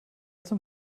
zum